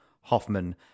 Hoffman